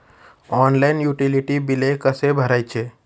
Online utility बिले कसे भरायचे?